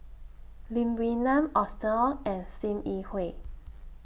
Lim Wee Nam Austen Ong and SIM Yi Hui